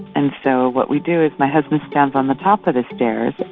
and so what we do is my husband stands on the top of the stairs,